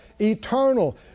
eternal